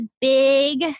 big